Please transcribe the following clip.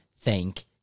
thank